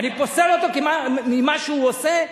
אני פוסל אותו במה שהוא עושה.